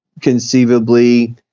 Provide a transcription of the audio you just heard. conceivably